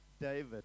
david